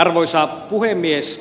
arvoisa puhemies